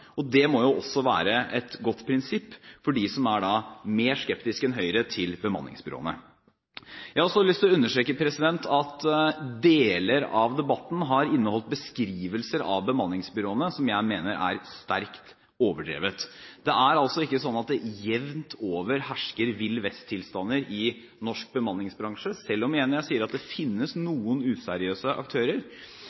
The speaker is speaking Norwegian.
Det må også være et godt prinsipp for dem som er mer skeptiske enn Høyre til bemanningsbyråene. Jeg har også lyst til å understreke at deler av debatten har inneholdt beskrivelser av bemanningsbyråene som jeg mener er sterkt overdrevet. Det er altså ikke sånn at det jevnt over hersker villvest-tilstander i norsk bemanningsbransje, selv om jeg igjen sier at det finnes